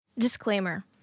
Disclaimer